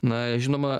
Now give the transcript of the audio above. na žinoma